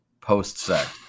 post-set